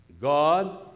god